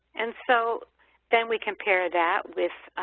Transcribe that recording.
and so then we compare that with